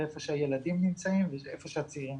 היכן שנמצאים הילדים והיכן שנמצאים הצעירים.